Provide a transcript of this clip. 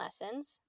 lessons